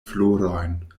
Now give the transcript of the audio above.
florojn